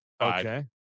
Okay